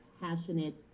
passionate